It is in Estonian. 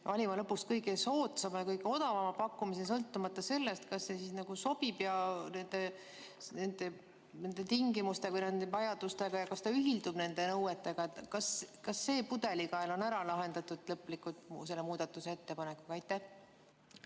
valima lõpuks kõige soodsama ja kõige odavama pakkumise, sõltumata sellest, kas see sobib nende tingimuste või vajadustega ja kas ta ühildub nende nõuetega? Kas see pudelikael on ära lahendatud lõplikult nüüd selle muudatusettepanekuga?